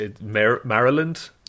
Maryland